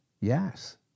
Yes